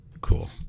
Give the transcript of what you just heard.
Cool